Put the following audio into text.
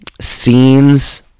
scenes